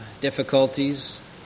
difficulties